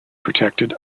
protected